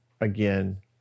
again